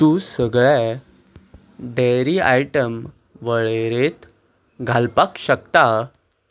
तूं सगळे dairy item वळेरेंत घालपाक शकता